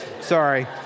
sorry